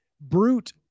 Brute